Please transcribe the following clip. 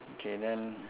okay then